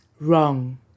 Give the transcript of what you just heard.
wrong